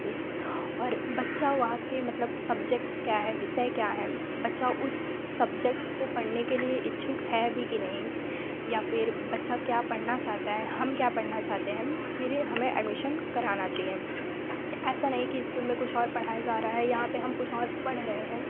fees और बच्चा वहाँ के मतलब सब्जेक्ट्स क्या है विषय क्या है बच्चा उस सब्जेक्ट्स को पढ़ने के लिए इच्छुक है भी कि नहीं या फ़िर बच्चा क्या पढ़ना चाहता है हम क्या पढ़ना चाहते हैं फ़िर यह हमें एडमिशन कराना चाहिए ऐसा नहीं कि स्कूल में कुछ और पढ़ाया जा रहा है यहाँ पर हम कुछ और पढ़ रहे हैं